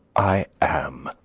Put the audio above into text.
i am!